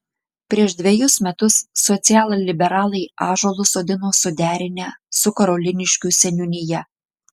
prieš dvejus metus socialliberalai ąžuolus sodino suderinę su karoliniškių seniūnija